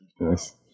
yes